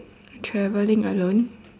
travelling alone